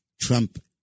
Trump